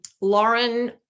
Lauren